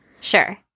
Sure